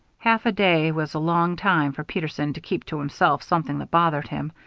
half a day was a long time for peterson to keep to himself something that bothered him,